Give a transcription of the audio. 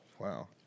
Wow